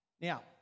Now